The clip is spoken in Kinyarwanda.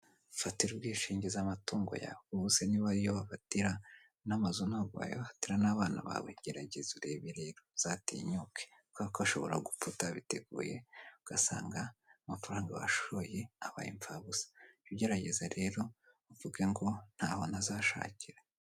Fatira ubwishingizi amatungo yawe, bose niba ariyo bafatira n'amazu ntabwo wayahatira n'abana bawe, gerageza urebe rero, uzatinyuke kuberako ashobora gupfa utabiteguye ugasanga amafaranga washoye abaye imfabusa, jya ugerageza rero uvuge ngo ntaho ntazashakira.